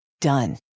Done